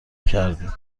کردیم